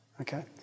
okay